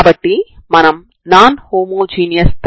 రెండవ సమస్య ప్రారంభ సమాచారం 0 గా గల నాన్ హోమోజీనియస్ తరంగ సమీకరణం